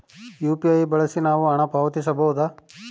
UPI ಬಳಸಿ ನಾವು ಹಣ ಪಾವತಿಸಬಹುದಾ?